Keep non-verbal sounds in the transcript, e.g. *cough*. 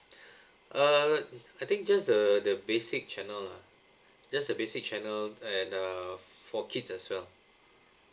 *breath* err I think just the the basic channel lah just the basic channel and uh for kids as well